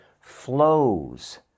flows